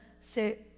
se